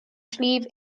sliabh